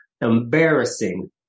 embarrassing